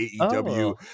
AEW